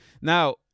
Now